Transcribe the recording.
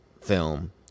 film